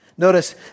Notice